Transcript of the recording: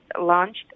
launched